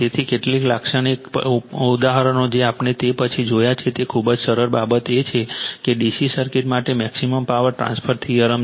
તેથી કેટલાક લાક્ષણિક ઉદાહરણો જે આપણે તે પછી જોયા છે તે ખૂબ જ સરળ બાબત એ છે કે તે D C સર્કિટ માટે મેક્સિમમ પાવર ટ્રાન્સફર થિયરમ છે